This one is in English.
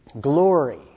Glory